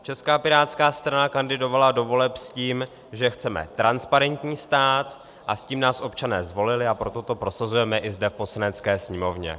Česká pirátská strana kandidovala do voleb s tím, že chceme transparentní stát, a s tím nás občané zvolili, a proto to prosazujeme i zde v Poslanecké sněmovně.